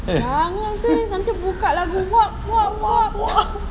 jangan please nanti buka lagu rock rock rock rock